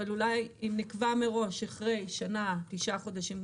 אבל אולי אם נקבע מראש אחרי שנה או תשעה חודשים,